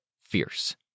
Fierce